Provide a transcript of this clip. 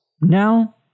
Now